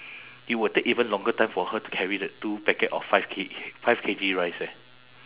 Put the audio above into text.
it will take even longer time for her to carry that two packet of five K five K_G rice eh